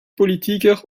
politiker